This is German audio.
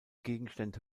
gegenstände